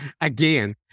again